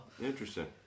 Interesting